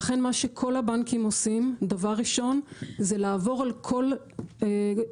ולכן מה שכל הבנקים עושים דבר ראשון זה לעבור על כל רשימות